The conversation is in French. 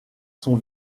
sont